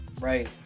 right